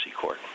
Court